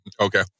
Okay